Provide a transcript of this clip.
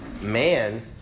man